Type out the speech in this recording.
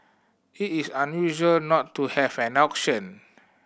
it is unusual not to have an auction